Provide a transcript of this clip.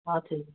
हजुर